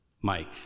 Mike